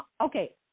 Okay